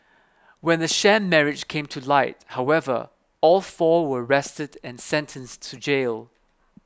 when the sham marriage came to light however all four were arrested and sentenced to jail